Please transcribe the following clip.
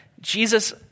Jesus